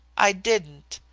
i didn't,